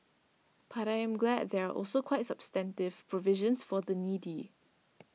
but I am glad there are also quite substantive provisions for the needy